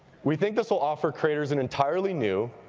we think this will offer creators an entirely new,